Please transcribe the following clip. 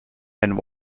and